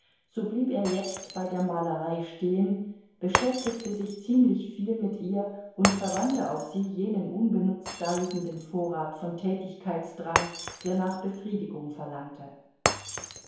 so blieb er jetzt bei der malerei stehen beschäftigte sich ziemlich viel mit ihr und verwandte auf sie jenen unbenutzt daliegenden vorrat von tätigkeitsdrang der nach befriedigung verlangte